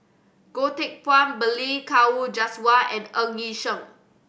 Goh Teck Phuan Balli Kaur Jaswal and Ng Yi Sheng